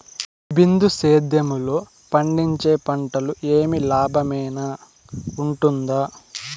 బిందు సేద్యము లో పండించే పంటలు ఏవి లాభమేనా వుంటుంది?